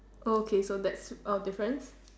okay so that's our difference